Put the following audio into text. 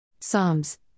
Psalms